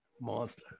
Monster